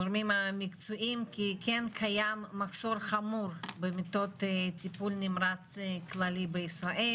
גורמים המקצועיים כי כן קיים מחסור חמור במיטות טיפול נמרץ כללי בישראל,